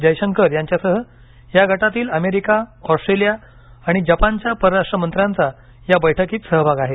जयशंकर यांच्यासह या गटातील अमेरिका ऑस्ट्रेलिया आणि जपानच्या परराष्ट्र मंत्र्यांचा या बैठकीत सहभाग आहे